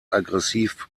aggressiv